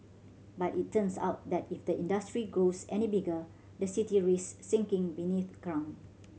but it turns out that if the industry grows any bigger the city risk sinking beneath ground